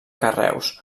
carreus